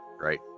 right